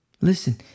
Listen